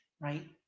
right